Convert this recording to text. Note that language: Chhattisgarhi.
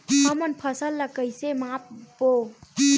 हमन फसल ला कइसे माप बो?